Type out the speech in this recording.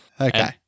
Okay